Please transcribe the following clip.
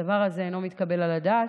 הדבר הזה אינו מתקבל על הדעת.